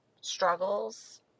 struggles